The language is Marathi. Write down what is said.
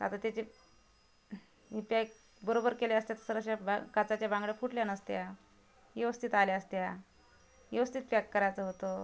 आता त्याचे हे पॅक बरोबर केले असत्यात सर अशा बा काचेच्या बांगड्या फुटल्या नसत्या व्यवस्थित आल्या असत्या व्यवस्थित पॅक करायचं होतं